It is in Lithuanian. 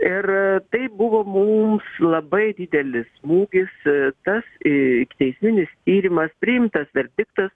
ir tai buvo mums labai didelis smūgis tas ikiteisminis tyrimas priimtas verdiktas